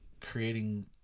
creating